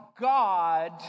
God